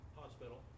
hospital